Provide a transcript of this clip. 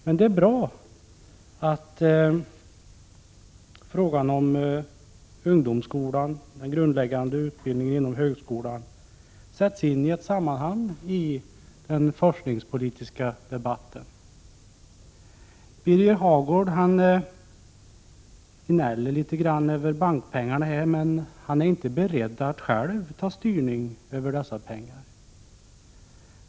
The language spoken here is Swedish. Men det är bra att frågan om ungdomsskolan och den grundläggande utbildningen inom högskolan sätts in i ett sammanhang i den forskningspolitiska debatten. Birger Hagård gnäller litet över bankpengarna, men han är inte beredd att själv ta styrning över dessa pengar.